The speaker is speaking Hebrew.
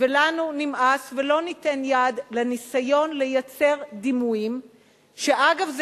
ולנו נמאס ולא ניתן יד לניסיון לייצר דימויים אגב,